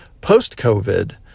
post-COVID